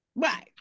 Right